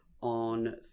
on